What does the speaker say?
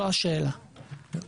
זו השאלה.